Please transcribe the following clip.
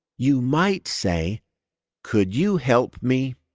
you might say could you help me?